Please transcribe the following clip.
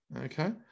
okay